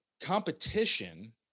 competition